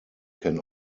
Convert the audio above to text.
can